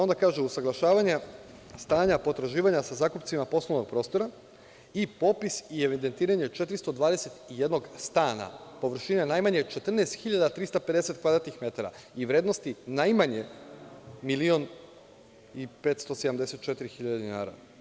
Onda kaže – usaglašavanje stanja potraživanja sa zakupcima poslovnog prostora i popis i evidentiranje 421 stana, površine najmanje 14.350 kvadratnih metara i vrednosti najmanje milion i 574.000 dinara.